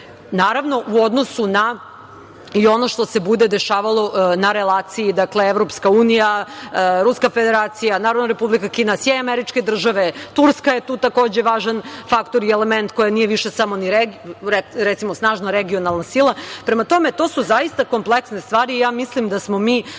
i veća u odnosu na ono što se bude dešavalo na relaciji EU, Ruska Federacija, Narodna Republika Kina, SAD, Turska je tu takođe važan faktor i element koja nije više samo snažna regionalna sila. Prema tome, to su zaista kompleksne stvari. Mislim da smo mi